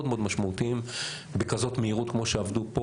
מאוד משמעותיים בכזאת מהירות כמו שעבדו פה,